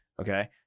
Okay